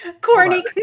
Corny